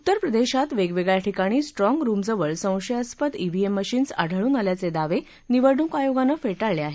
उत्तरप्रदेशात वेगवेगळ्या ठिकाणी स्ट्राँगरुमजवळ संशयास्पद ईव्हिएम मशीन्स आढूळन आल्याचे दावे निवडणूक आयोगानं फेटाळले आहेत